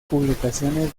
publicaciones